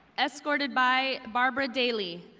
escorted by barbara daley,